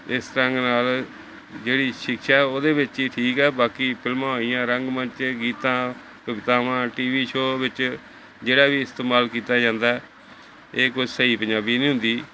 ਇਸ ਢੰਗ ਨਾਲ ਜਿਹੜੀ ਸ਼ਿਕਸ਼ਾ ਉਹਦੇ ਵਿੱਚ ਹੀ ਠੀਕ ਹੈ ਬਾਕੀ ਫਿਲਮਾਂ ਹੋਈਆਂ ਰੰਗ ਮੰਚ ਗੀਤਾਂ ਕਵਿਤਾਵਾਂ ਟੀਵੀ ਸ਼ੋਅ ਵਿੱਚ ਜਿਹੜਾ ਵੀ ਇਸਤੇਮਾਲ ਕੀਤਾ ਜਾਂਦਾ ਇਹ ਕੋਈ ਸਹੀ ਪੰਜਾਬੀ ਨਹੀਂ ਹੁੰਦੀ